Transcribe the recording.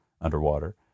underwater